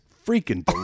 Freaking